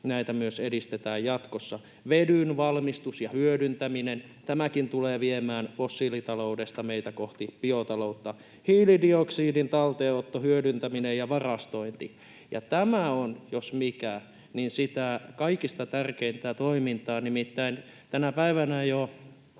näitä edistetään myös jatkossa. Vedyn valmistus ja hyödyntäminen. Tämäkin tulee viemään meitä fossiilitaloudesta kohti biotaloutta. Hiilidioksidin talteenotto, hyödyntäminen ja varastointi. Ja tämä, jos mikä, on sitä kaikista tärkeintä toimintaa. Nimittäin jo tänä päivänä,